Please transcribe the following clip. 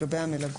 זה לגבי המלגות.